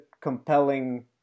compelling